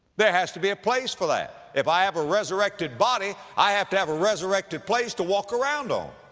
there has to be a place for that. if i have a resurrected body, i have to have a resurrected place to walk around on.